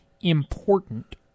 important